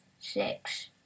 six